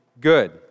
good